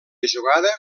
jugada